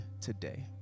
today